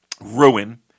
ruin